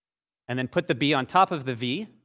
and then put the b on top of the v,